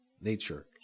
nature